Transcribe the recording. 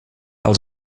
els